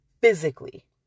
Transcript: physically